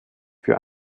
für